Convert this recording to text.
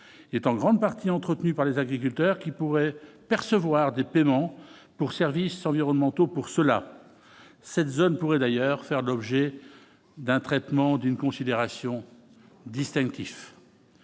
est en grande partie, entretenu par les agriculteurs qui pourraient percevoir des paiements pour services environnementaux pour cela, cette zone pourrait d'ailleurs faire l'objet d'un traitement d'une considération distinctif